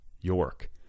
York